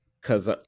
cause